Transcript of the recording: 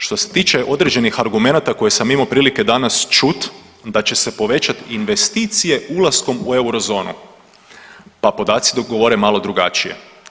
Što se tiče određenih argumenata koje sam imao prilike danas čut da će se povećati investicije ulaskom u eurozonu, pa podaci govore malo drugačije.